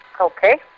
Okay